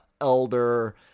elder